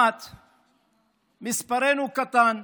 1. מספרנו קטן,